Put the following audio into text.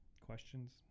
questions